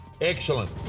Excellent